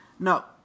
No